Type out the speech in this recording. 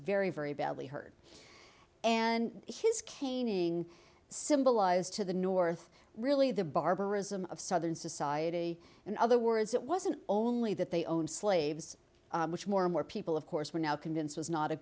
very very badly hurt and his caning symbolize to the north really the barbarism of southern society in other words it wasn't only that they owned slaves which more and more people of course were now convinced was not a